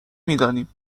میدانیم